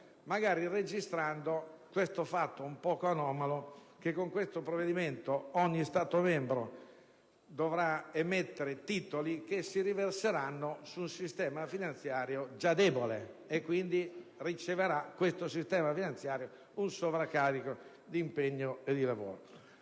magari registrando il fatto un po' anomalo che con questo provvedimento ogni Stato membro dovrà emettere titoli che si riverseranno su un sistema finanziario già debole, che riceverà quindi un sovraccarico di impegno e di lavoro.